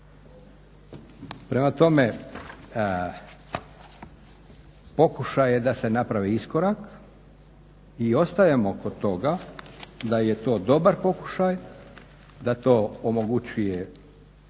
Prema tome, pokušaj je da se napravi iskorak i ostajemo kod toga da je to dobar pokušaj, da to omogućuje